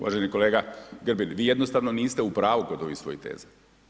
Uvaženi kolega Grbin, vi jednostavno niste u pravu kod ovih svojih teza.